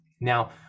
Now